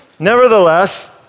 Nevertheless